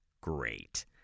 great